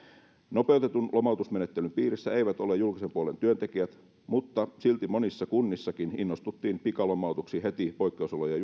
nopeutetun lomautusmenettelyn piirissä eivät ole julkisen puolen työntekijät mutta silti monissa kunnissakin innostuttiin pikalomautuksiin heti poikkeusolojen